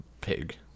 pig